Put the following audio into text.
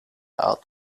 art